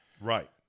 Right